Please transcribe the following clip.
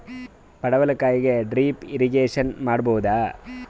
ಪಡವಲಕಾಯಿಗೆ drip irrigation ಮಾಡಬೋದ?